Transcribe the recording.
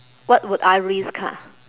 what would I risk ha